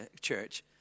church